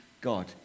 God